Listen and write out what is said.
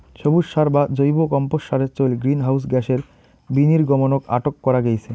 সবুজ সার বা জৈব কম্পোট সারের চইল গ্রীনহাউস গ্যাসের বিনির্গমনক আটক করা গেইচে